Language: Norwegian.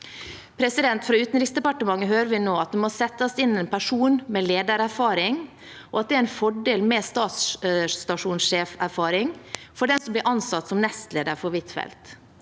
politikere. Fra Utenriksdepartementet hører vi nå at det må settes inn en person med ledererfaring, og at det er en fordel med stasjonssjeferfaring for den som blir ansatt som nestleder for Huitfeldt.